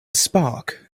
spark